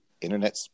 internet